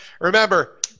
Remember